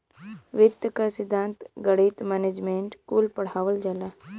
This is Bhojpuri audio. वित्त क सिद्धान्त, गणित, मैनेजमेंट कुल पढ़ावल जाला